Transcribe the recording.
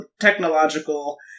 technological